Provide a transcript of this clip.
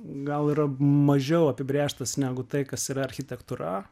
gal yra mažiau apibrėžtas negu tai kas yra architektūra